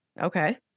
okay